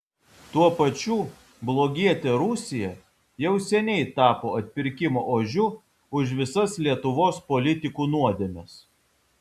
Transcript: tuo pačiu blogietė rusija jau seniai tapo atpirkimo ožiu už visas lietuvos politikų nuodėmes